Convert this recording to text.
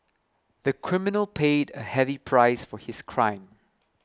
the criminal paid a heavy price for his crime